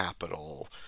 capital